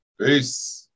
Peace